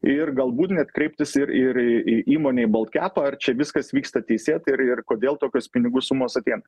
ir galbūt net kreiptis ir ir į įmonę į bolt kepą ar čia viskas vyksta teisėtai ir ir kodėl tokios pinigų sumos atėjo